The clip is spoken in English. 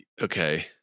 Okay